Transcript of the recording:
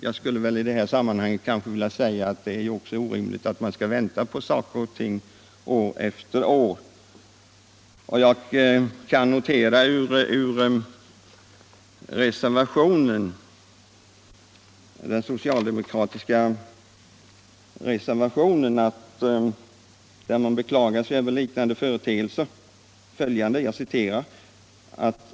Jag skulle i det sammanhanget vilja säga att det också är orimligt att man skall vänta på saker och ting år efter år.